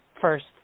first